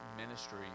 ministry